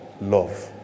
love